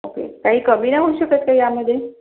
okay काही कमी नाही होऊ शकत का यामध्ये